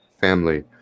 family